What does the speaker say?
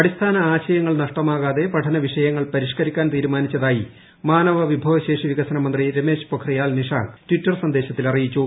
അടിസ്ഥാന ആശയങ്ങൾ നഷ്ടമാകാതെ പഠന വിഷയങ്ങൾ പരിഷ്ക്കരിക്കാൻ തീരുമാനിച്ചതായി മാനവ വിഭവശേഷി വികസന മന്ത്രി രമേശ് പൊഖ്രിയാൽ നിഷാങ്ക് ട്വിറ്റർ സന്ദേശത്തിൽ അറിയിച്ചു